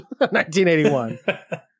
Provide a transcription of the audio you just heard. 1981